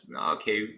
okay